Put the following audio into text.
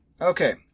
Okay